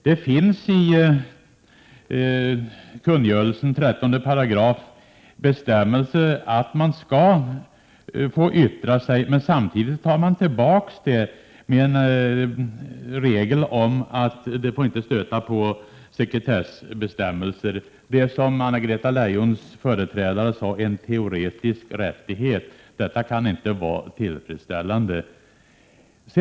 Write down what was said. Det finns i kungörelsens 13 § en bestämmelse om att man skall få yttra sig, men den rätten tas tillbaka av en regel om att det inte får stöta på sekretessbestämmelser. Det är, som Anna-Greta Leijons företrädare sade, en teoretisk rättighet. Detta kan inte vara tillfredsställande.